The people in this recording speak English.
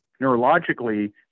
neurologically